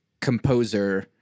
composer